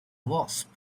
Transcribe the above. wasps